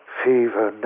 fever